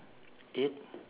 eight